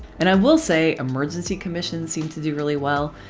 and i will say emergency commissions seem to do really well.